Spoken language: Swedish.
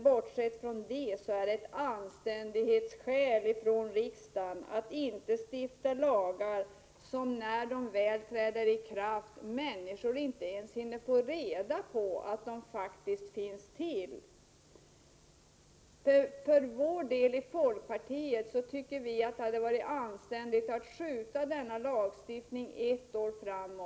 Bortsett från detta är det ändå ett anständighetsskäl att riksdagen inte stiftar lagar som, när de väl träder i kraft, människor inte ens hinner få reda på existensen av. Vi i folkpartiet tycker att det hade varit anständigt att skjuta denna lagstiftning ett år framåt.